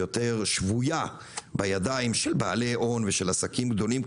שבויה בידיים של בעלי הון ושל עסקים גדולים,